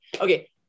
okay